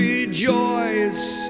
Rejoice